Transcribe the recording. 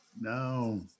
No